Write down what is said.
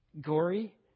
Gory